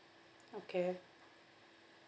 okay